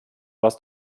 was